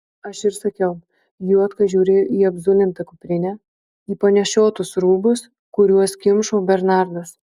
aš ir sakiau juodka žiūrėjo į apzulintą kuprinę į panešiotus rūbus kuriuos kimšo bernardas